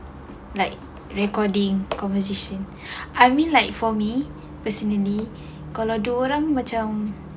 like recording conversation I mean like for me personally kalau dua orang macam